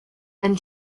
and